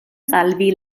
salvi